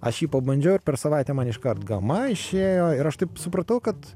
aš jį pabandžiau ir per savaitę man iškart gama išėjo ir aš taip supratau kad